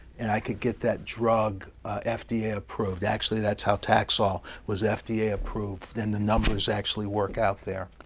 and i could get that drug fda-approved. actually, that's how taxol was fda-approved, and the numbers actually work out there.